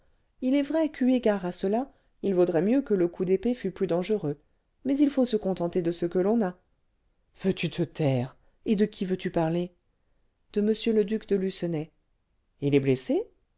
il est vrai qu'eu égard à cela il vaudrait mieux que le coup d'épée fût plus dangereux mais il faut se contenter de ce que l'on a veux-tu te taire et de qui veux-tu parler de m le duc de lucenay il est blessé